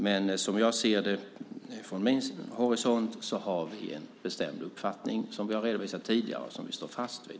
Men som jag ser det, från min horisont, har vi en bestämd uppfattning som vi har redovisat tidigare och som vi står fast vid.